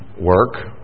work